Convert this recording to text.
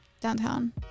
downtown